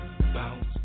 Bounce